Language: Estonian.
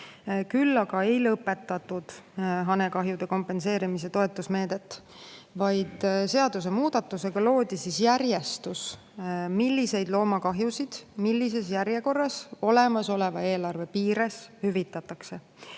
Küll aga ei lõpetatud hanekahjude kompenseerimise toetusmeedet, vaid seadusemuudatusega loodi järjestus, milliseid loomakahjusid millises järjekorras olemasoleva eelarve piires hüvitatakse. Räägin